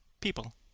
people